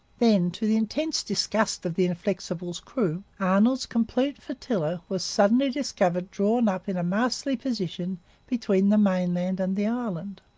then, to the intense disgust of the inflexible s crew, arnold's complete flotilla was suddenly discovered drawn up in a masterly position between the mainland and the island.